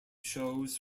shows